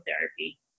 therapy